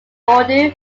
urdu